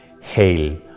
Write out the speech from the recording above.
Hail